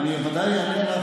ואני ודאי אענה לך,